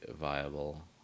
viable